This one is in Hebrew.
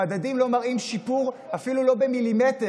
המדדים לא מראים שיפור, אפילו לא במילימטר.